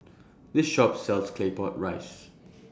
This Shop sells Claypot Rice